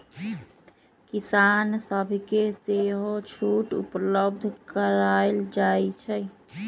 किसान सभके सेहो छुट उपलब्ध करायल जाइ छइ